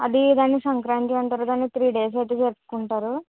అది దాన్ని సంక్రాంతి అంటారు గానీ త్రీ డేస్ అయితే జరుపుకుంటారు